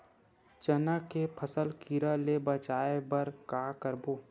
चना के फसल कीरा ले बचाय बर का करबो?